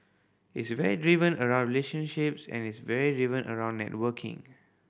it's very driven around relationships and it's very driven around networking